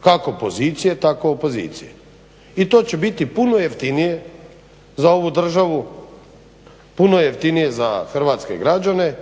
kako pozicije tako i opozicije i to će biti puno jeftinije za ovu državu, puno jeftinije za hrvatske građane,